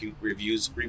reviews